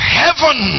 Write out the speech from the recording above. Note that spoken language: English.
heaven